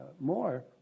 more